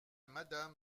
madame